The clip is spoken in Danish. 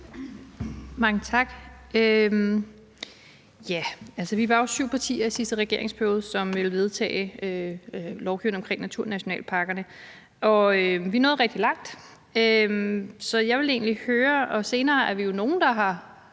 Mange tak. Vi var jo syv partier i sidste regeringsperiode, som ville vedtage lovgivningen omkring naturnationalparkerne. Vi nåede rigtig langt. Senere har vi jo været nogle i oppositionen, som har